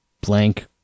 blank